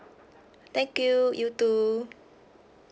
thank you you too